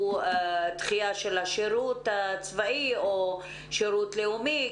דחייה של השירות הצבאי או שירות לאומי.